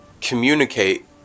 Communicate